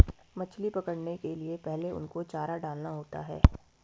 मछली पकड़ने के लिए पहले उनको चारा डालना होता है